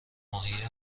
ماهی